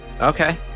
Okay